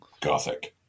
Gothic